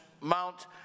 Mount